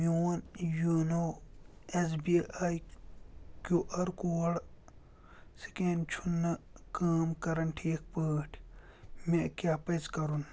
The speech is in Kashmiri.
میون YONO S B I Q R code scan چھُ نہٕ کٲم کرن ٹھیٖک پٲٹھۍ مےٚ کیٛاہ پزِ کرُن؟